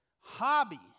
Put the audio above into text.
hobby